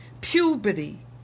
puberty